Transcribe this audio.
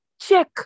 Check